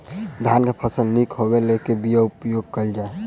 धान केँ फसल निक होब लेल केँ बीया उपयोग कैल जाय?